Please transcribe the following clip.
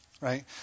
right